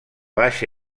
baixa